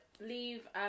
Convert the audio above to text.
leave